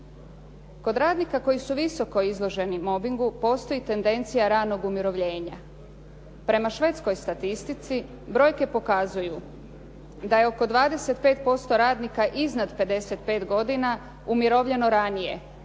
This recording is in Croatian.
Kod radnika koji su visoko izloženi mobbingu postoji tendencija ranog umirovljenja. Prema švedskoj statistici brojke pokazuju da je oko 25% radnika iznad 55 godina umirovljeno ranije,